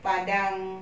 padang